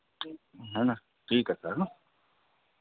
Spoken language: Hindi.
है ना ठीक है सर है ना